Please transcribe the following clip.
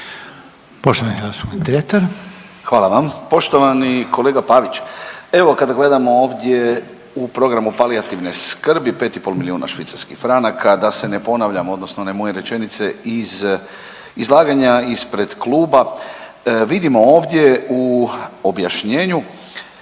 **Dretar, Davor (DP)** Hvala vam. Poštovani kolega Pavić, evo kada gledamo ovdje u programu palijativne skrbi, 5,5 milijuna švicarskih franaka, da se ne ponavljamo odnosno one moje rečenice iz izlaganja ispred kluba. Vidimo ovdje u objašnjenju,